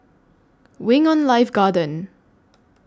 Wing on Life Garden